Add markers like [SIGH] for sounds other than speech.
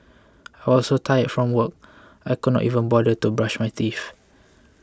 [NOISE] I was so tired from work [NOISE] I could not even bother to brush my teeth